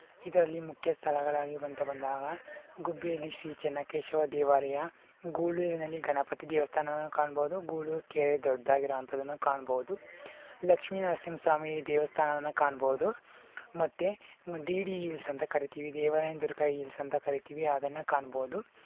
ಇದರಲ್ಲಿ ಮುಖ್ಯ ಸ್ಥಳಗಳಾಗಿ ಬಂತ ಬಂದಾಗ ಗುಬ್ಬಿಯಲ್ಲಿ ಶ್ರೀ ಚೆನ್ನಕೇಶವ ದೇವಾಲಯ ಗೂಳೂರಿನಲ್ಲಿ ಗಣಪತಿ ದೇವಸ್ಥಾನವನ್ನು ಕಾಣ್ಬೋದು ಗೂಳೂರು ಕೆರೆ ದೊಡ್ದಾಗಿರೊಂತದ್ದನ್ನು ಕಾಣ್ಬೋದು ಲಕ್ಷ್ಮೀ ನರಸಿಂಹ ಸ್ವಾಮಿ ದೇವಸ್ಥಾನವನ್ನು ಕಾಣ್ಬೋದು ಮತ್ತೆ ಡಿ ಡಿ ಹಿಲ್ಸ್ ಅಂತ ಕರೀತೀವಿ ದೇವರಾಯನ ದುರ್ಗ ಹಿಲ್ಸ್ ಅಂತ ಕರೀತೀವಿ ಅದನ್ನು ಕಾಣ್ಬೋದು